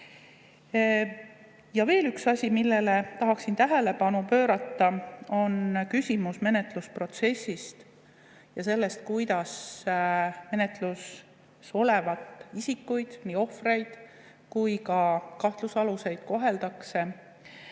Ja veel üks asi, millele tahaksin tähelepanu pöörata, on küsimus menetlusprotsessist ja sellest, kuidas menetluse all olevaid isikuid, nii ohvreid kui ka kahtlusaluseid, koheldakse,